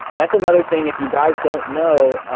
that's another thing, if you guys don't know,